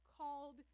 called